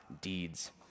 deeds